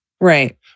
Right